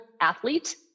athlete